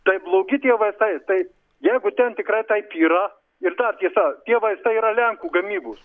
tai blogi tie vaistai tai jeigu ten tikrai taip yra ir dar tiesa tie vaistai yra lenkų gamybos